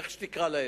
איך שתקרא להם.